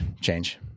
Change